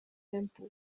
temple